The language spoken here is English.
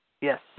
Yes